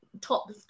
top